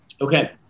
Okay